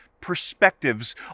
perspectives